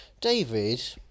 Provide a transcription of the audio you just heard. David